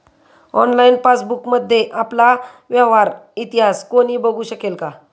Online पासबुकमध्ये आपला व्यवहार इतिहास कोणी बघु शकेल का?